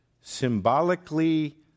symbolically